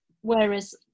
whereas